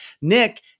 Nick